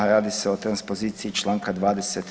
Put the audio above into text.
Radi se o transpoziciji Članka 20.